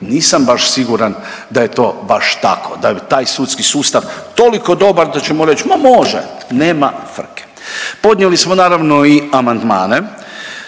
Nisam baš siguran da je to baš tako, da je taj sudski sustav toliko dobar da ćemo reć ma može nema frke. Podnijeli smo naravno i amandmane